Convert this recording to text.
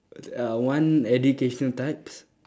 uh one educational types